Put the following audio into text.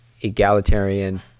egalitarian